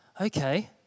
Okay